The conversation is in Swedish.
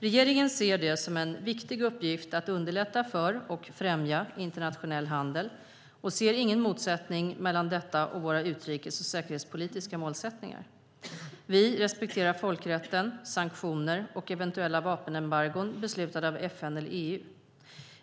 Regeringen ser det som en viktig uppgift att underlätta för och främja internationell handel och ser ingen motsättning mellan detta och våra utrikes och säkerhetspolitiska målsättningar. Vi respekterar folkrätten, sanktioner och eventuella vapenembargon beslutade av FN eller EU.